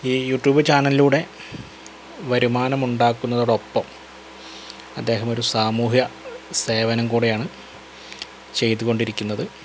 ഈ YouTube ചാനലിലൂടെ വരുമാനമുണ്ടാക്കുന്നതോടൊപ്പം അദ്ദേഹമൊരു സാമുഹ്യ സേവനം കൂടെയാണ് ചെയ്തു കൊണ്ടിരിക്കുന്നത്